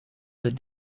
with